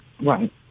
right